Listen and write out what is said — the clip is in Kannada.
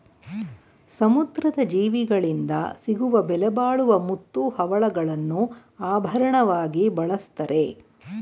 ಸಮುದ್ರದ ಜೀವಿಗಳಿಂದ ಸಿಗುವ ಬೆಲೆಬಾಳುವ ಮುತ್ತು, ಹವಳಗಳನ್ನು ಆಭರಣವಾಗಿ ಬಳ್ಸತ್ತರೆ